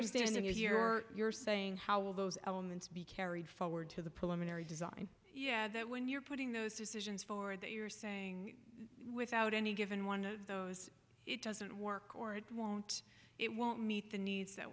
you're standing is you're you're saying how will those elements be carried forward to the preliminary design yeah that when you're putting those decisions for that you're saying without any given one of those it doesn't work or it won't it won't meet the needs that